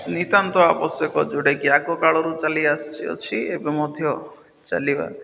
ନିତ୍ୟାନ୍ତ ଆବଶ୍ୟକ ଯେଉଁଟାକି ଆଗକାଳରୁ ଚାଲି ଆସିଅଛି ଏବେ ମଧ୍ୟ ଚାଲିବା